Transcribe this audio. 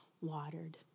watered